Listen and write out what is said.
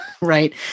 Right